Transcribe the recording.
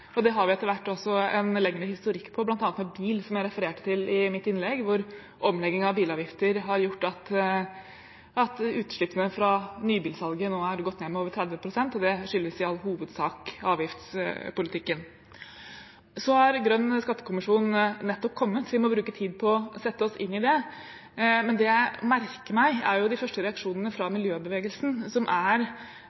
skatteskifte. Det har vi etter hvert også en lengre historikk på, bl.a. med bil, som jeg refererte til i mitt innlegg. Omleggingen av bilavgifter har gjort at utslippene fra nybilsalget nå har gått ned med over 30 pst., og det skyldes i all hovedsak avgiftspolitikken. Grønn skattekommisjon er nettopp kommet, og vi må bruke tid på å sette oss inn i det. Men det jeg merker meg, er de første reaksjonene fra miljøbevegelsen, som er